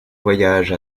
voyage